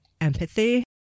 empathy